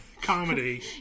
comedy